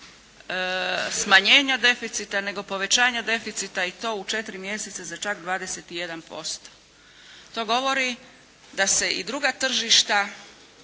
smanjenja deficita, nego povećanja deficita i to u 4 mjeseca za čak 21%. To govori da se i druga tržišta